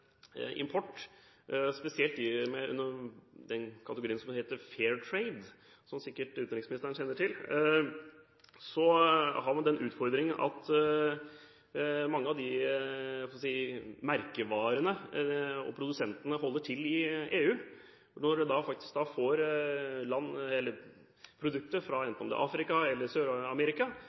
import, spesielt i den kategorien som heter «fair trade», som sikkert utenriksministeren kjenner til: Man har den utfordringen at mange av, jeg holdt på å si, merkevarene og produsentene holder til i EU, og når en får produkter fra enten det er Afrika eller